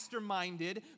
masterminded